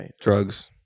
drugs